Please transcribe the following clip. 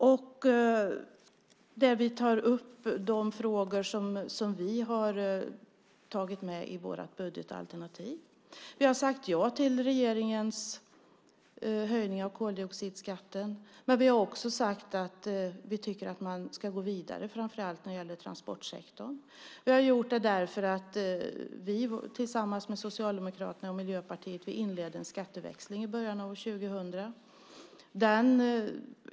Där tar vi upp de frågor som vi har tagit med i vårt budgetalternativ. Vi har sagt ja till regeringens höjning av koldioxidskatten, men vi har också sagt att vi tycker att man ska gå vidare, framför allt när det gäller transportsektorn. Det har vi gjort därför att vi, tillsammans med Socialdemokraterna och Miljöpartiet, inledde en skatteväxling i början av år 2000.